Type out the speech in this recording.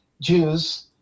Jews